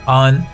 on